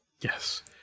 Yes